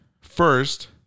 first